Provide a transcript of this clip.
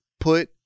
put